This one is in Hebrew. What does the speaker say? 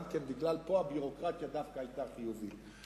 פה, הביורוקרטיה דווקא היתה חיובית.